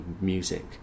music